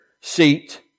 seat